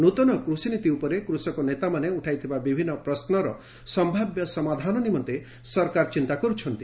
ନୃତନ କୃଷିନୀତି ଉପରେ କୃଷକ ନେତାମାନେ ଉଠାଇଥିବା ବିଭିନ୍ନ ପ୍ରଶ୍ମର ସମ୍ଭାବ୍ୟ ସମାଧାନ ନିମନ୍ତେ ସରକାର ଚିନ୍ତା କରୁଛନ୍ତି